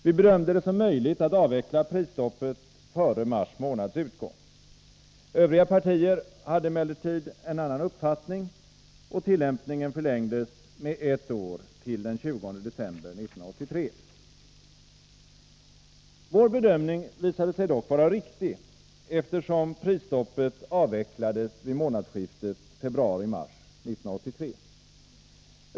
Vi bedömde det som möjligt att avveckla prisstoppet före mars månads utgång. Övriga partier hade emellertid en annan uppfattning, och tillämpningen förlängdes med ett år till den 20 december 1983. Vår bedömning visade sig dock riktig, eftersom prisstoppet avvecklades vid månadsskiftet februari-mars 1983.